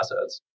assets